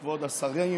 כבוד השרים,